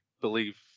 believe